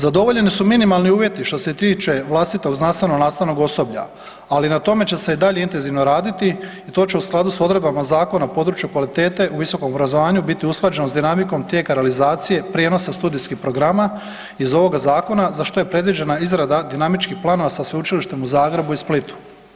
Zadovoljeni su minimalni uvjeti što se tiče vlastitog znanstveno-nastavnog osoblja ali na tome će se i dalje intenzivno raditi i to će u skladu s odredbama zakona u području kvalitete u visokom obrazovanju biti usklađeno s dinamikom tijeka realizacije prijenosa studijskih programa iz ovoga zakona za što je predviđena izrada dinamičkih planova sa Sveučilištem u Zagrebu i Splitu.